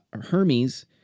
Hermes